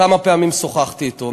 כמה פעמים שוחחתי אתו.